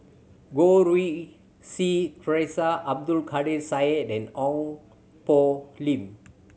Goh Rui Si Theresa Abdul Kadir Syed and Ong Poh Lim